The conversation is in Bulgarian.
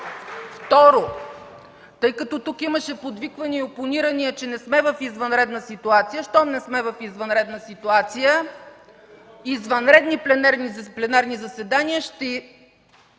Второ, тъй като тук имаше подвиквания и опониране, че не сме в извънредна ситуация, то щом не сме в извънредна ситуация, извънредни пленарни заседания ще